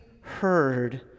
heard